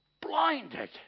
blinded